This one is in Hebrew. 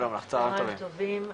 צהרים טובים,